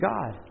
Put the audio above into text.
God